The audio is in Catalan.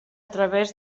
través